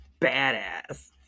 badass